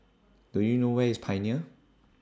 Do YOU know Where IS Pioneer